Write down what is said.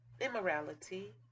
immorality